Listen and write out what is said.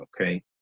okay